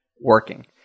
working